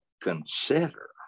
consider